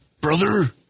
Brother